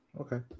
Okay